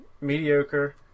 mediocre